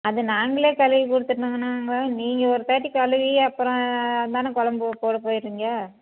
அதை நாங்களே கழுவி கொடுத்துவிட்டோனாங்க நீங்கள் ஒருதாட்டி கழுவி அப்புறம் தானே குழம்புல போட போகிறீங்க